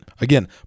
Again